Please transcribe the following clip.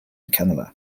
canada